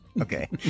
Okay